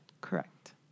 Correct